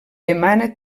demana